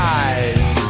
eyes